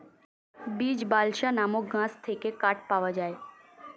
beech, balsa নামক গাছ থেকে কাঠ পাওয়া যায়